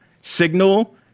signal